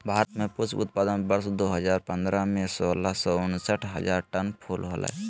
भारत में पुष्प उत्पादन वर्ष दो हजार पंद्रह में, सोलह सौ उनसठ हजार टन फूल होलय